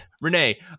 Renee